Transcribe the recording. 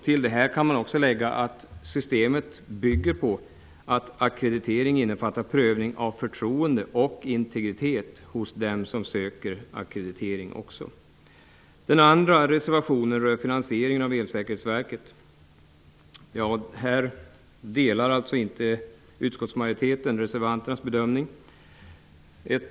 Till detta kan man också lägga att systemet bygger på att ackreditering innefattar prövning av förtroende och integritet även hos dem som söker ackreditering. Den andra reservationen rör finansieringen av Elsäkerhetsverket. Här delar alltså inte utskottsmajoriteten reservanternas bedömning.